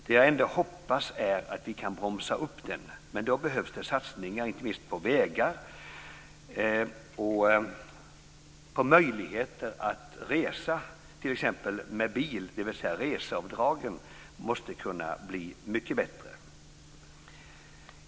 Det jag ändå hoppas är att vi kan bromsa upp den, men då behövs det satsningar inte minst på vägar och på möjligheter att resa t.ex. med bil, dvs. reseavdragen måste bli mycket bättre.